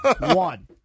One